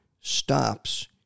stops